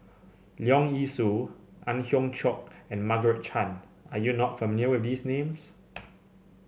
Leong Yee Soo Ang Hiong Chiok and Margaret Chan are you not familiar with these names